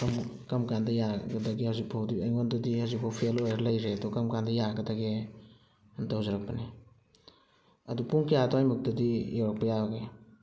ꯀꯔꯝ ꯀꯥꯟꯗ ꯌꯥꯒꯗꯒꯦ ꯍꯧꯖꯤꯛ ꯐꯥꯎꯗꯤ ꯑꯩꯉꯣꯟꯗꯗꯤ ꯍꯧꯖꯤꯛꯐꯥꯎ ꯐꯦꯜ ꯑꯣꯏꯔ ꯂꯩꯔꯦ ꯑꯗꯣ ꯀꯔꯝ ꯀꯥꯟꯗ ꯌꯥꯒꯗꯒꯦ ꯑꯅ ꯇꯧꯖꯔꯛꯄꯅꯤ ꯑꯗꯣ ꯄꯨꯡ ꯀꯌꯥ ꯑꯗ꯭ꯋꯥꯏꯃꯨꯛꯇꯗꯤ ꯌꯧꯔꯛꯄ ꯌꯥꯒꯅꯤ